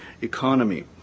economy